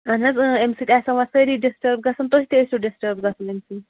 اَہن حظ اۭں اَمہِ سۭتۍ آسان وۄنۍ سٲری ڈِسٹٲرٕب گژھُن تُہۍ تہِ ٲسِو ڈِسٹٲرٕب گژھان اَمہِ سۭتۍ